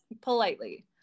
Politely